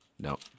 No